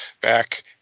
back